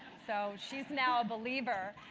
so she's now a believer.